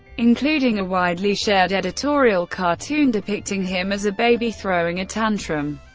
including a widely shared editorial cartoon depicting him as a baby throwing a tantrum.